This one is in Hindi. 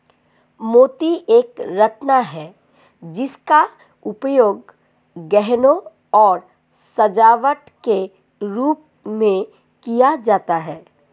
मोती एक रत्न है जिसका उपयोग गहनों और सजावट के रूप में किया जाता था